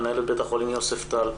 מנהלת בית החולים יוספטל,